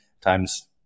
times